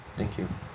thank you